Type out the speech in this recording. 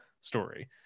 story